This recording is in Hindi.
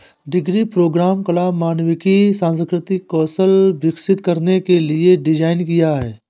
डिग्री प्रोग्राम कला, मानविकी, सांस्कृतिक कौशल विकसित करने के लिए डिज़ाइन किया है